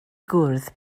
gwrdd